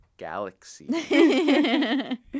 galaxy